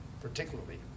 particularly